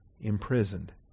imprisoned